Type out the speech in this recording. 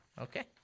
Okay